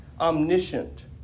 omniscient